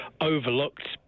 overlooked